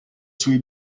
suoi